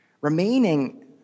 Remaining